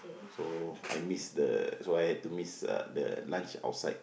so I miss the so I had to miss uh the lunch outside